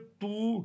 two